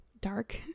dark